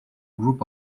group